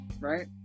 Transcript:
right